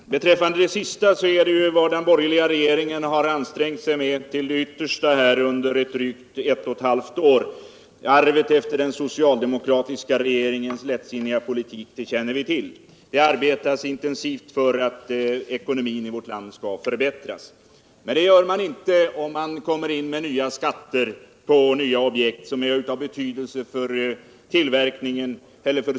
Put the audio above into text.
Herr talman! Vad beträffar det sista i Paul Janssons inlägg vill jag säga att det är just detta den borgerliga regeringen har ansträngt sig med till det yttersta under drvgt ett och eu halvt års tid. Arvet efter den socialdemokratiska regeringens lättsinniga politik känner vi till: Det arbetas intensivt för att ekonomin i vårt land skall förbättras. Men ekonomin blir inte bättre om man inför nya skatter på objekt som är av betydelse för sysselsättningen i vårt land.